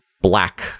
black